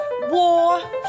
War